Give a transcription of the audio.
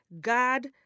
God